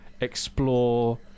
explore